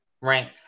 right